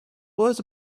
was